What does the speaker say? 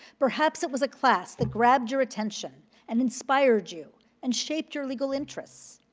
perhaps it was a class that grabbed your attention and inspired you and shaped your legal interests.